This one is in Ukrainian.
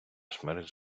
смерть